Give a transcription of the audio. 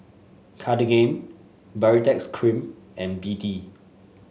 Cartigain Baritex Cream and B D